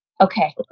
Okay